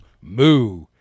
Moo